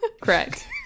Correct